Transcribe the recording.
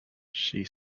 she